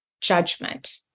judgment